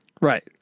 right